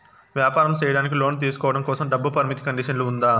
వ్యాపారం సేయడానికి లోను తీసుకోవడం కోసం, డబ్బు పరిమితి కండిషన్లు ఉందా?